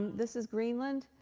this is greenland,